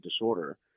disorder